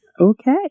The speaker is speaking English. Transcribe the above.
Okay